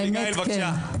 אביגיל, בבקשה.